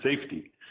safety